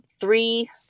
three